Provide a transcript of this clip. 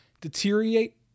deteriorate